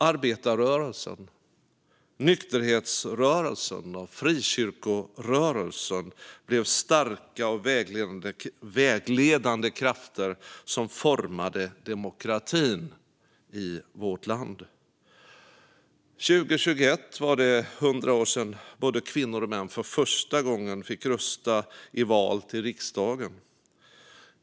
Arbetarrörelsen, nykterhetsrörelsen och frikyrkorörelsen blev starka och vägledande krafter som formade demokratin i vårt land. År 2021 var det 100 år sedan både kvinnor och män för första gången fick rösta i val till riksdagen.